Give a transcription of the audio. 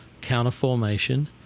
counterformation